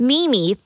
Mimi